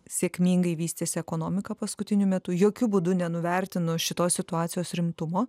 sėkmingai vystėsi ekonomika paskutiniu metu jokiu būdu nenuvertinu šitos situacijos rimtumo